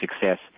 success